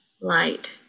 light